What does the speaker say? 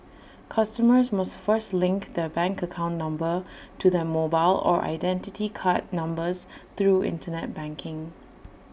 customers must first link their bank account number to their mobile or Identity Card numbers through Internet banking